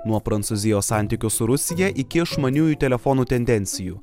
nuo prancūzijos santykio su rusija iki išmaniųjų telefonų tendencijų